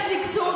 יש שגשוג,